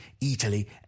Italy